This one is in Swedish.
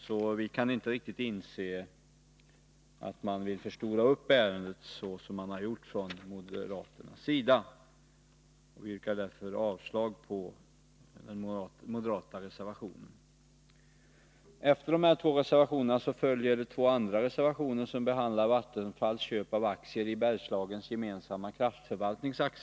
Vi kan alltså inte riktigt förstå varför man vill förstora ärendet så som man har gjort från moderaternas sida. Jag yrkar därför avslag på de moderata reservationerna. Efter dessa två reservationer följer två andra reservationer som behandlar Vattenfalls köp av aktier i Bergslagens Gemensamma Kraftförvaltning AB.